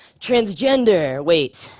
transgender? wait,